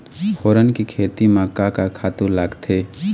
फोरन के खेती म का का खातू लागथे?